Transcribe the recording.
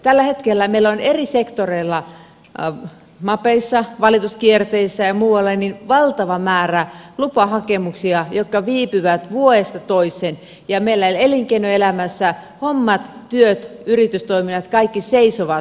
tällä hetkellä meillä on eri sektoreilla mapeissa valituskierteissä ja muualla valtava määrä lupahakemuksia jotka viipyvät vuodesta toiseen ja meillä elinkeinoelämässä hommat työt yritystoiminnat kaikki seisovat